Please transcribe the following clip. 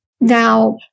Now